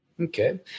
Okay